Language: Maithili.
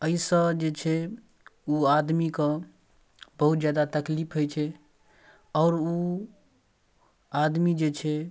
एहिसऽ जे छै ओ आदमीके बहुत जादा तकलीफ होइ छै आओर ओ आदमी जे छै